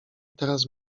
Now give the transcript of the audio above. teraz